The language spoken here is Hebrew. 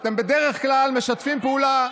אתם בדרך כלל משתפים פעולה,